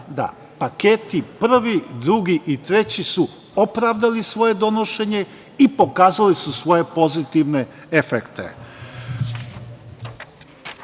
paketi prvi, drugi i treći su opravdali svoje donošenje i pokazali su svoje pozitivne